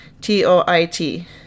T-O-I-T